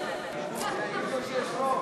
להגיד לו שיש חוק.